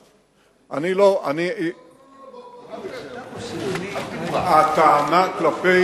לא, לא, רק רגע, אל תברח, הטענה כלפי